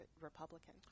Republican